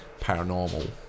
paranormal